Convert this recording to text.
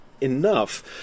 enough